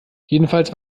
jedenfalls